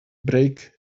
break